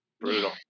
brutal